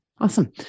Awesome